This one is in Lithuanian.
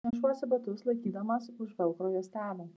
nešuosi batus laikydamas už velkro juostelių